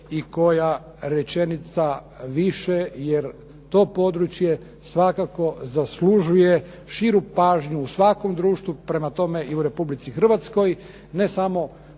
i koja rečenica više jer to područje svakako zaslužuje širu pažnju u svakom društvu, prema tome i u Republici Hrvatskoj. Ne samo pažnju